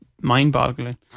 mind-boggling